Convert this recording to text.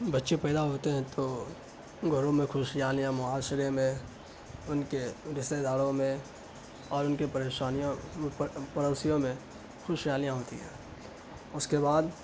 بچے پیدا ہوتے ہیں تو گھروں میں خوشیاں معاشرے میں ان کے رستے داروں میں اور ان کے پریشانیوں پڑوسیوں میں خوشیاں ہوتی ہیں اس کے بعد